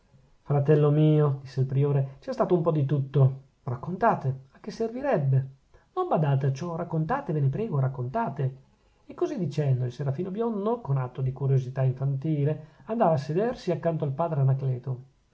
fratello mio disse il priore c'è stato un po di tutto raccontate a che servirebbe non badate a ciò raccontate ve ne prego raccontate e così dicendo il serafino biondo con atto di curiosità infantile andava a sedersi accanto al padre anacleto